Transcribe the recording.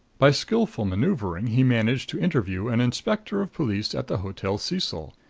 by skillful maneuvering he managed to interview an inspector of police at the hotel cecil.